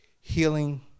healing